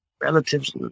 relatives